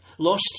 lost